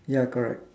ya correct